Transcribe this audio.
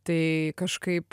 tai kažkaip